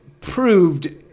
proved